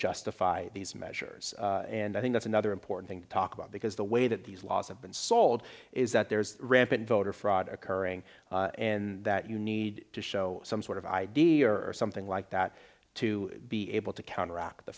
justify these measures and i think that's another important thing to talk about because the way that these laws have been sold is that there is rampant voter fraud occurring and that you need to show some sort of id or something like that to be able to counteract the